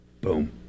boom